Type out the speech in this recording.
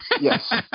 Yes